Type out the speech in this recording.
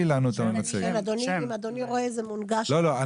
ברוכי מאוניברסיטת בן גוריון.